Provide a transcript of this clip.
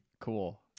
Cool